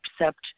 accept